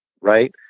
right